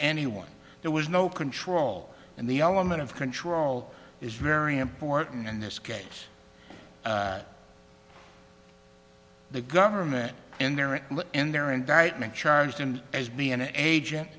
anyone there was no control in the element of control is very important in this case the government in their in their indictment charged in as being an agent